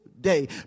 day